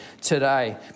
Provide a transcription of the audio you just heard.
today